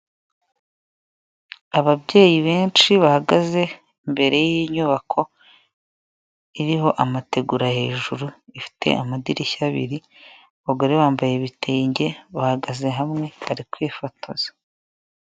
Ababyeyi benshi bahagaze imbere yinyubako iriho amategura hejuru ifite amadirishya abiri abagore bambaye ibitenge bahagaze hamwe bari kwifotoza.